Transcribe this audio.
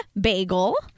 bagel